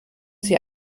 sie